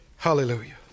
Hallelujah